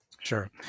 Sure